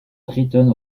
dritten